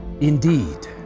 Indeed